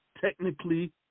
technically